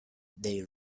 they